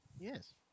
Yes